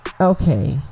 Okay